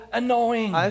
annoying